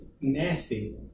nasty